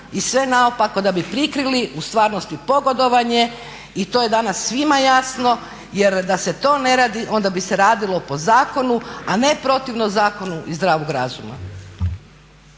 i sve naopako da bi prikrili u stvarnosti pogodovanje i to je danas svima jasno jer da se to ne radi onda bi se radilo po zakonu, a ne protivno zakonu i zdravom razumu.